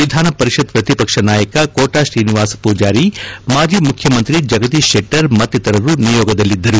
ವಿಧಾನ ಪರಿಷತ್ ಪ್ರತಿಪಕ್ಷ ನಾಯಕ ಕೋಟಾ ಶ್ರೀನಿವಾಸ ಪೂಜಾರಿ ಮಾಜಿ ಮುಖ್ಯಮಂತ್ರಿ ಜಗದೀಶ್ ಶೆಟ್ಟರ್ ಮತ್ತಿತರರು ನಿಯೋಗದಲ್ಲಿದ್ದರು